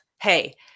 hey